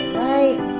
right